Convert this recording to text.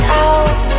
out